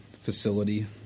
facility